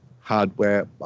hardware